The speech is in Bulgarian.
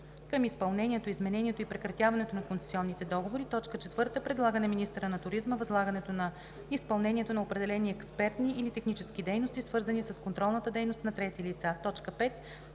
към изпълнението, изменението и прекратяването на концесионните договори; 4. предлага на министъра на туризма възлагането на изпълнението на определени експертни или технически дейности, свързани с контролната дейност на трети лица; 5.